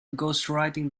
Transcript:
ghostwriting